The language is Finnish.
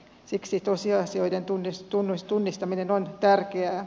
siksi tosiasioiden tunnistaminen on tärkeää